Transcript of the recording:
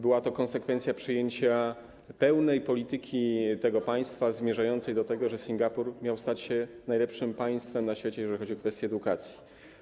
Była to konsekwencja przyjęcia pełnej polityki tego państwa zmierzającej do tego, że Singapur miał stać się najlepszym państwem na świecie, jeżeli chodzi o kwestię edukacji.